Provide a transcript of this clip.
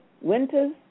Winters